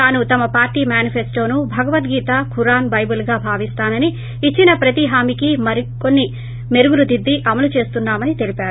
తాను తమ పార్లీ మేనిఫెస్లోను భగవద్గీత ఖురాన్ బైబిల్గా భావిస్తోనని ఇచ్చిన ప్రతి హామీకి మరికొన్సి మెరుగులు దిద్ది అమలు చేస్తున్నా మని తెలిపారు